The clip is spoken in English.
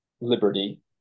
liberty